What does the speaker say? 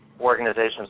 organization's